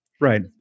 Right